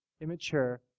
immature